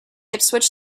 ipswich